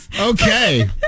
Okay